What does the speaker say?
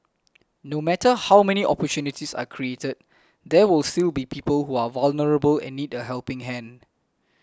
no matter how many opportunities are created there will still be people who are vulnerable and need a helping hand